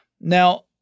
Now